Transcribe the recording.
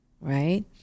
Right